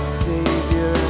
savior